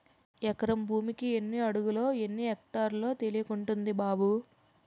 ఎకరం భూమికి ఎన్ని అడుగులో, ఎన్ని ఎక్టార్లో తెలియకుంటంది బాబూ